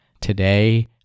Today